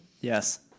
yes